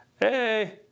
hey